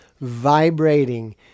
vibrating